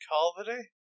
Calvary